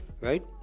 right